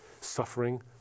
suffering